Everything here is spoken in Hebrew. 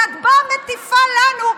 שאת באה ומטיפה לנו,